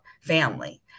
family